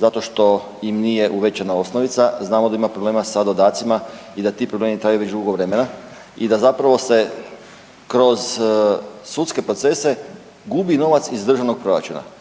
zato što im nije uvećana osnovica, znamo da ima problema sa dodacima i da ti problemi traju već dugo vremena i da zapravo se kroz sudske procese gubi novac iz državnog proračuna.